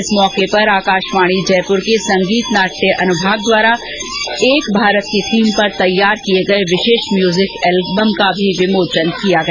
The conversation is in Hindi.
इस अवसर पर आकाशवाणी जयपुर के संगीत नाट्य अनुभाग द्वारा एक भारत की थीम पर तैयार किए गए विशेष म्यूजिक एलबम का भी विमोचन किया गया